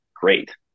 great